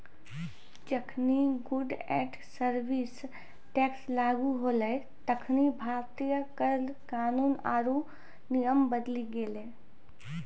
जखनि goods and service tax लागू होलै तखनि भारतीय कर कानून आरु नियम बदली गेलै